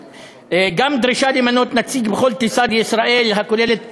גם דרישה למנות נציג בכל טיסה לישראל הכוללת